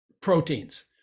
proteins